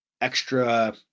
extra